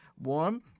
warm